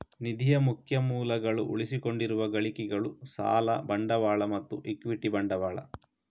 ನಿಧಿಯ ಮುಖ್ಯ ಮೂಲಗಳು ಉಳಿಸಿಕೊಂಡಿರುವ ಗಳಿಕೆಗಳು, ಸಾಲ ಬಂಡವಾಳ ಮತ್ತು ಇಕ್ವಿಟಿ ಬಂಡವಾಳ